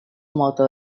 motto